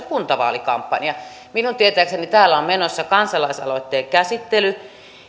kuntavaalikampanja minun tietääkseni täällä on menossa kansalaisaloitteen käsittely